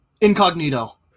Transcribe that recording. Incognito